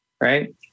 Right